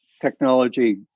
technology